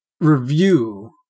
review